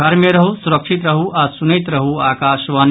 घर मे रहू सुरक्षित रहू आ सुनैत रहू आकाशवाणी